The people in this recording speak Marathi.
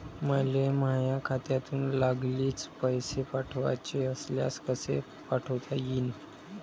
मले माह्या खात्यातून लागलीच पैसे पाठवाचे असल्यास कसे पाठोता यीन?